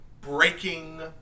breaking